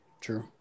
True